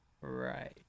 Right